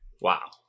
Wow